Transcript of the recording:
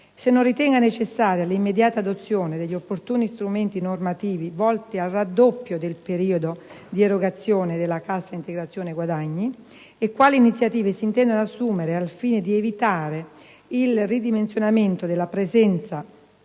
se non ritenga necessaria l'immediata adozione degli opportuni strumenti normativi volti al raddoppio del periodo di erogazione della cassa integrazione guadagni, e quali iniziative si intendano assumere al fine di evitare il ridimensionamento della presenza